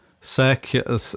circular